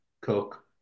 Cook